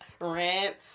Rent